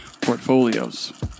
portfolios